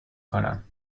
کنم